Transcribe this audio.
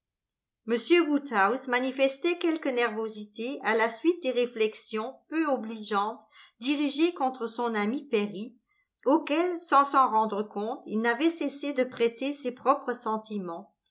woodhouse manifestait quelque nervosité à la suite des réflexions peu obligeantes dirigées contre son ami perry auquel sans s'en rendre compte il n'avait cessé de prêter ses propres sentiments